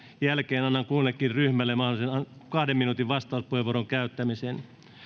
jälkeen annan kullekin ryhmälle mahdollisuuden kahden minuutin vastauspuheenvuoron käyttämiseen